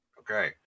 Okay